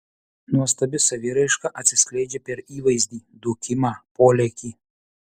nuostabi saviraiška atsiskleidžia per įvaizdį dūkimą polėkį